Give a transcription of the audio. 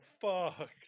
fucked